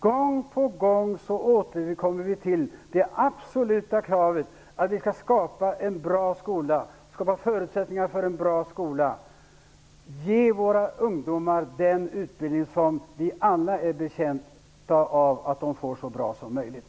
Gång på gång återkommer vi till det absoluta kravet på att vi skall skapa förutsättningar för en bra skola, att ge våra ungdomar den utbildning som vi alla är betjänta av blir så bra som möjligt.